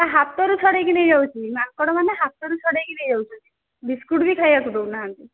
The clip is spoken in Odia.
ତା ହାତରୁ ଛଡ଼ାଇକି ନେଇଯାଉଛି ମାଙ୍କଡ଼ମାନେ ହାତରୁ ଛଡ଼ାଇକି ନେଇଯାଉଛନ୍ତି ବିସ୍କୁଟ୍ ବି ଖାଇବାକୁ ଦେଉନାହାନ୍ତି